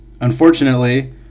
Unfortunately